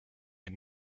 inn